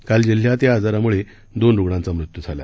काल जिल्ह्यात या आजाराम्ळे दोन रुग्णांचा मृत्यू झाला